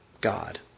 God